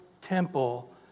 temple